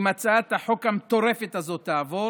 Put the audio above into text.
אם הצעת החוק המטורפת הזאת תעבור,